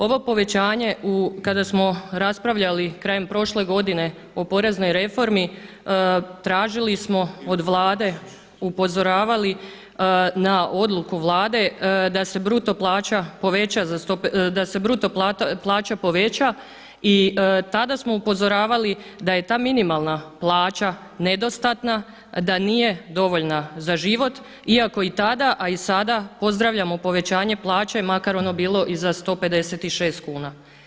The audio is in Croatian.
Ovo povećanje kada smo raspravljali krajem prošle godine o poreznoj reformi tražili smo od Vlade, upozoravali na odluku Vlade da se bruto plaća poveća i tada smo upozoravali da je ta minimalna plaća nedostatna, da nije dovoljna za život iako i tada a i sada pozdravljamo povećanje plaće makar ono bilo i za 156 kuna.